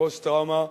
פוסט-טראומה,